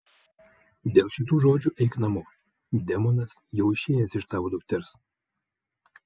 dėl šitų žodžių eik namo demonas jau išėjęs iš tavo dukters